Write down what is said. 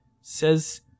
says